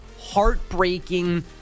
heartbreaking